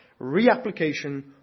reapplication